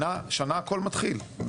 שנה הכל מתחיל,